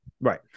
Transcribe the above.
Right